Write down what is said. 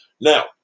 Now